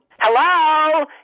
Hello